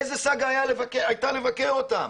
איזה סאגה הייתה לבקר אותם.